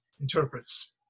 interprets